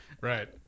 right